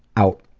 out,